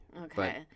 Okay